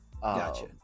Gotcha